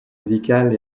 médicale